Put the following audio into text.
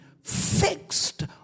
fixed